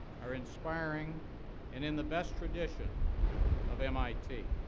are inspiring and in the best tradition of mit.